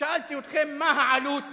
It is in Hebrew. שאלתי אתכם מה העלות